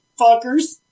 fuckers